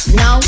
no